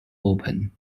open